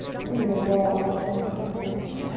and in your jaw, careful not to clench.